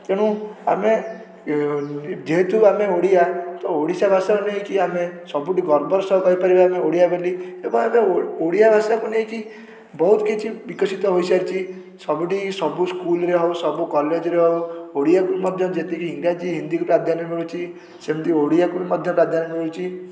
ତେଣୁ ଆମେ ଯେହେତୁ ଆମେ ଓଡ଼ିଆ ତ ଓଡ଼ିଶା ଭାଷାକୁ ନେଇକି ଆମେ ସବୁଠୁ ଗର୍ବର ସହ କହିପାରିବା ଆମେ ଓଡ଼ିଆ ବୋଲି ଏବଂ ଓଡ଼ିଆ ଭାଷାକୁ ନେଇକି ବହୁତ୍ ବିକଶିତ ହୋଇସାରିଛି ସବୁଠି ସବୁ ସ୍କୁଲ୍ରେ ହଉ ସବୁ କଲେଜ୍ରେ ହଉ ଓଡ଼ିଆକୁ ମଧ୍ୟ ଯେତିକି ଇଂରାଜୀ ହିନ୍ଦୀକି ପ୍ରାଧାନ୍ୟ ମିଳୁଛି ସେମିତି ଓଡ଼ିଆକୁ ମଧ୍ୟ ପ୍ରାଧାନ୍ୟ ମିଳୁଛି